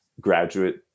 graduate